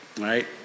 right